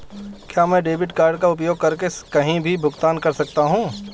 क्या मैं debit card का उपयोग करके कहीं भी भुगतान कर सकता हूं?